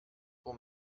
pour